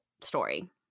story